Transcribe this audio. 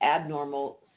abnormal